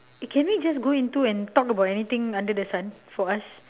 eh can we just go into and talk about anything under the sun for us